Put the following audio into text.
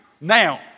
now